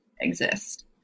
exist